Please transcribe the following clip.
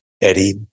eddie